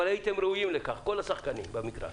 אבל הייתם ראויים לכך, כל השחקנים במגרש,